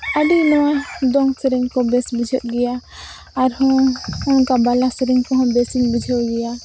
ᱟᱹᱰᱤ ᱱᱚᱣᱟ ᱫᱚᱝ ᱥᱮᱨᱮᱧᱠᱚ ᱵᱩᱡᱷᱟᱹᱜ ᱜᱮᱭᱟ ᱟᱨᱦᱚᱸ ᱚᱱᱠᱟ ᱵᱟᱞᱟ ᱥᱮᱨᱮᱧᱠᱚᱦᱚᱸ ᱵᱮᱥᱤᱧ ᱵᱩᱡᱷᱟᱹᱣ ᱜᱮᱭᱟ